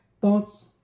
thoughts